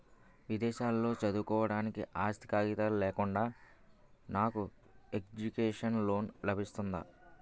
విదేశాలలో చదువుకోవడానికి ఆస్తి కాగితాలు లేకుండా నాకు ఎడ్యుకేషన్ లోన్ లబిస్తుందా?